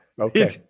Okay